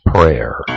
Prayer